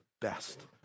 best